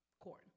corn